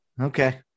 okay